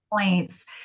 points